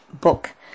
book